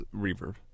reverb